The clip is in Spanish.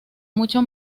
mucho